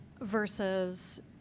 versus